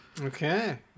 Okay